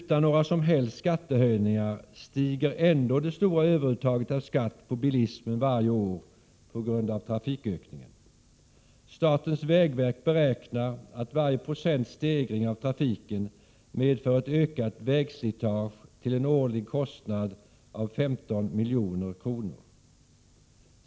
Utan några som helst skattehöjningar stiger ändå det stora överuttaget av skatt på bilismen varje år på grund av trafikökningen. Statens vägverk beräknar att varje procents stegring av trafiken medför ett ökat vägslitage till en årlig kostnad av 15 milj.kr.